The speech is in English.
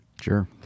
Sure